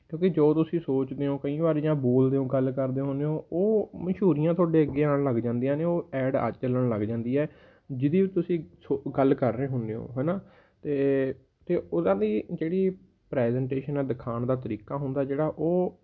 ਕਿਉਂਕਿ ਜੋ ਤੁਸੀਂ ਸੋਚਦੇ ਹੋ ਕਈ ਵਾਰ ਜਾਂ ਬੋਲਦੇ ਹੋ ਗੱਲ ਕਰਦੇ ਹੁੰਦੇ ਹੋ ਉਹ ਮਸ਼ਹੂਰੀਆਂ ਤੁਹਾਡੇ ਅੱਗੇ ਆਉਣ ਲੱਗ ਜਾਂਦੀਆਂ ਨੇ ਉਹ ਐਡ ਆ ਚੱਲਣ ਲੱਗ ਜਾਂਦੀ ਹੈ ਜਿਹਦੀ ਤੁਸੀਂ ਸੋ ਗੱਲ ਕਰ ਰਹੇ ਹੁੰਦੇ ਹੋ ਹੈ ਨਾ ਅਤੇ ਅਤੇ ਉਹਨਾਂ ਦੀ ਜਿਹੜੀ ਪ੍ਰੈਜੈਂਟੇਸ਼ਨ ਆ ਦਿਖਾਉਣ ਦਾ ਤਰੀਕਾ ਹੁੰਦਾ ਜਿਹੜਾ ਉਹ